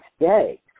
today